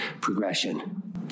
progression